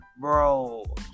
bro